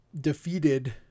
defeated